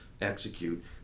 execute